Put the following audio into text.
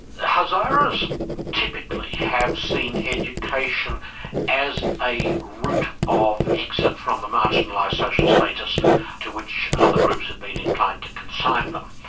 hazaras typically have seen education as a route of exit from the marginalised social status to which other groups have been inclined to consign them.